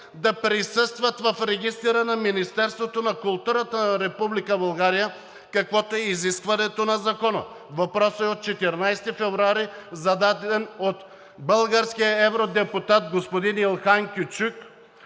да присъстват в регистъра на Министерството на културата на Република България, каквото е изискването на Закона? Въпросът е от 14 февруари и е зададен от българския евродепутат господин Илхан Кючюк